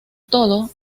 todo